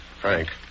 Frank